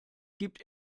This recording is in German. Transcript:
gibt